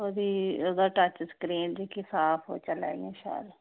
ओह्दा touch screen साफ चलै इं'या शैल